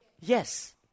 Yes